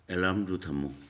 ꯑꯦꯂꯥꯝꯗꯨ ꯊꯝꯃꯨ